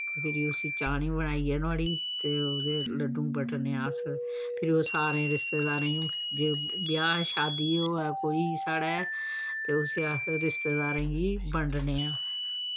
फिरी उस्सी चानी बनाइयै नोह्ड़ी ते उ'दे लड्डू बटने अस फिरी ओह् सारें रिश्तेदारें जे ब्याह् शादी होऐ कोई साढ़ै ते उस्सी अस रिश्तेदारें गी बंडने आं